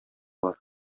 бар